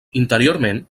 interiorment